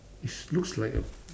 it's looks like a